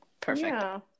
perfect